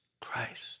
Christ